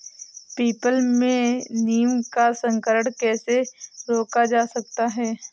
People में नीम का संकरण कैसे रोका जा सकता है?